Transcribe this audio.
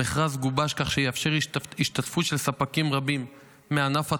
המכרז גובש כך שיאפשר השתתפות של ספקים רבים מענף התיירות,